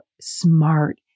smart